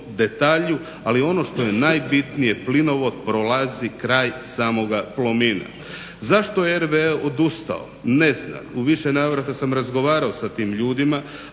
Ali ono što je najbitnije plinovod prolazi kraj samoga Plomina. Zašto je RWE odustao ne znam. U više navrata sam razgovarao sa tim ljudima